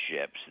ships